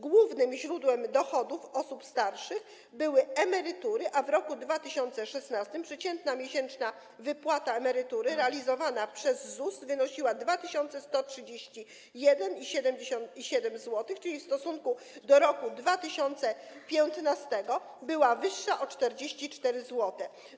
Głównym źródłem dochodów osób starszych były emerytury, a w roku 2016 przeciętna miesięczna wypłata emerytury realizowana przez ZUS wynosiła 2131,7 zł, czyli w stosunku do roku 2015 była wyższa o 44 zł.